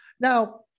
Now